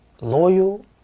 loyal